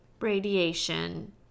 radiation